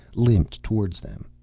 limped towards them.